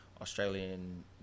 Australian